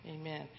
Amen